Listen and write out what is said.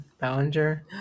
Ballinger